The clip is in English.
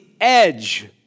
edge